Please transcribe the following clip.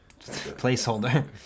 Placeholder